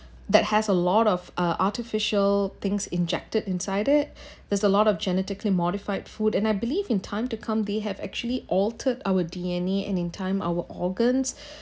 that has a lot of uh artificial things injected inside it there's a lot of genetically modified food and I believe in time to come they have actually altered our D_N_A and in time our organs